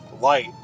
light